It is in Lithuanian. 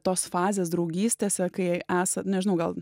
tos fazės draugystės kai esat nežinau gal